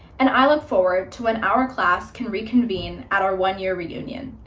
and i look forward to when our class can reconvene at our one year reunion,